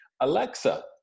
Alexa